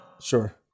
Sure